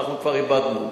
אנחנו כבר איבדנו.